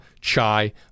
chai